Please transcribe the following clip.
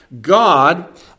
God